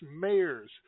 mayors